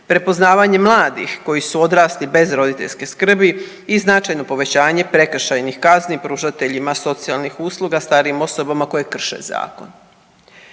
prepoznavanje mladih koji su odrasli bez roditeljske skrbi i značajno povećanje prekršajnih kazni pružateljima socijalnih usluga starijim osobama koje krše zakon.